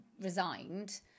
resigned